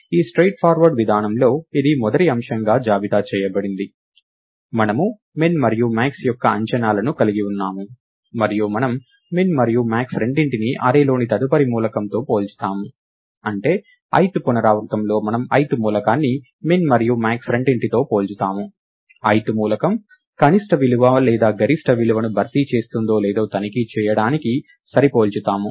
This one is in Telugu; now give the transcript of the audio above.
ఈ స్ట్రెయిట్ ఫార్వర్డ్ విధానంలో ఇది మొదటి అంశంగా జాబితా చేయబడింది మనము min మరియు max యొక్క అంచనాలను కలిగి ఉన్నాము మరియు మనము min మరియు max రెండింటినీ అర్రే లోని తదుపరి మూలకంతో పోల్చుతాము అంటే ith పునరావృతంలో మనం ith మూలకాన్ని min మరియు max రెండింటితో పోల్చుతాము ith మూలకం కనిష్ట విలువ లేదా గరిష్ట విలువను భర్తీ చేస్తుందో లేదో తనిఖీ చేయడానికి పోల్చుతాము